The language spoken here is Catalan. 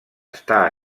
està